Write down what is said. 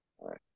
Right